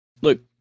look